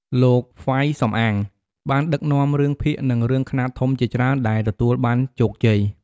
លោក ហ្វៃ សំអាង បានដឹកនាំរឿងភាគ និងរឿងខ្នាតធំជាច្រើនដែលទទួលបានជោគជ័យ។